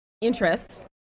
interests